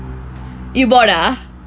you bought ah